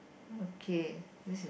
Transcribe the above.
okay this is